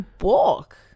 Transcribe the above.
walk